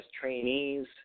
trainees